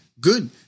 good